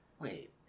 Wait